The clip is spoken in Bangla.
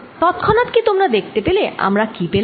তৎক্ষণাৎ কি তোমরা দেখতে পেলে আমরা কি পেলাম